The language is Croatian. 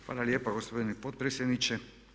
hvala lijepa gospodine potpredsjedniče.